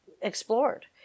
explored